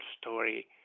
story